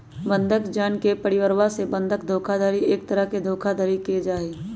बंधक जन के परिवरवा से बंधक धोखाधडी एक तरह के धोखाधडी के जाहई